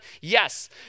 yes